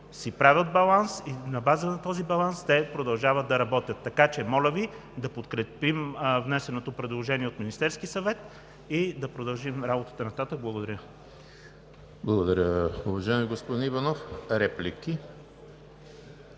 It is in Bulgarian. си правят баланс и на база на този баланс те продължават да работят, така че моля Ви да подкрепим внесеното предложение от Министерския съвет и да продължим работата нататък. Благодаря. ПРЕДСЕДАТЕЛ ЕМИЛ ХРИСТОВ: Благодаря, уважаеми господин Иванов. Реплики?